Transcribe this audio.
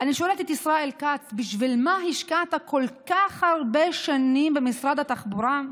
אני שואלת את ישראל כץ: בשביל מה השקעת כל כך הרבה שנים במשרד התחבורה,